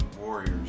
warriors